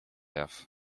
jaw